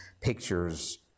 pictures